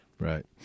right